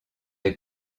des